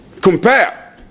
Compare